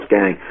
Gang